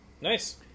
Nice